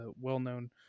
well-known